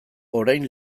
orain